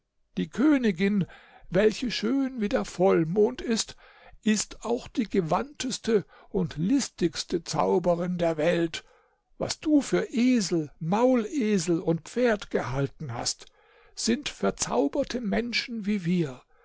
die königin welche schön wie der vollmond ist ist auch die gewandteste und listigste zauberin der welt was du für esel maulesel und pferd gehalten hast sind verzauberte menschen wie wir